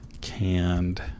canned